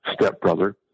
stepbrother